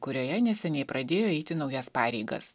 kurioje neseniai pradėjo eiti naujas pareigas